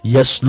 Yes